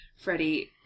Freddie